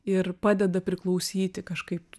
ir padeda priklausyti kažkaip